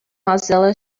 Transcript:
mozilla